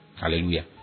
Hallelujah